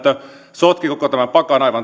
sotki koko tämän pakan aivan